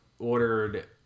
ordered